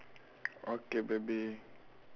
okay baby